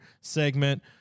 segment